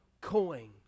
coin